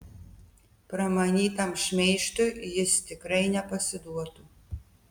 pramanytam šmeižtui jis tikrai nepasiduotų